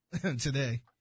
today